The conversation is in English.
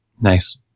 Nice